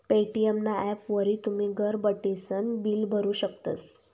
Paytm ना ॲपवरी तुमी घर बठीसन बिल भरू शकतस